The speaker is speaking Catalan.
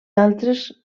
altres